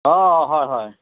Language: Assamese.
অঁ হয় হয়